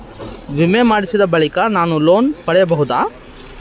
ವಿಮೆ ಮಾಡಿಸಿದ ಬಳಿಕ ನಾನು ಲೋನ್ ಪಡೆಯಬಹುದಾ?